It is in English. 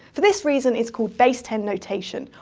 for this reason, it's called base-ten notation,